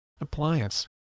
Appliance